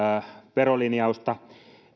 verolinjausta